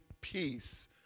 peace